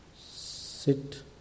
sit